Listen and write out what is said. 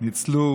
ניצלו